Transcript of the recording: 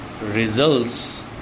results